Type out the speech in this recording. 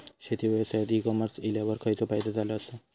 शेती व्यवसायात e commerce इल्यावर खयचो फायदो झालो आसा?